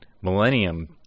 millennium